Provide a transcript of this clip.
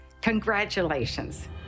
Congratulations